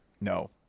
no